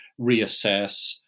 reassess